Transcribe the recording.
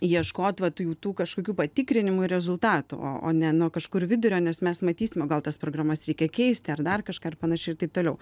ieškot vat jau tų kažkokių patikrinimų ir rezultatų o ne nuo kažkur vidurio nes mes matysim o gal tas programas reikia keisti ar dar kažką ir panašiai ir taip toliau